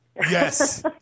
Yes